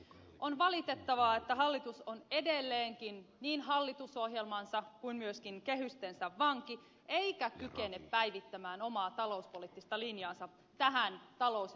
on valitettavaa että hallitus on edelleenkin niin hallitusohjelmansa kuin myöskin kehystensä vanki eikä kykene päivittämään omaa talouspoliittista linjaansa tähän talous ja työllisyyskriisiaikaan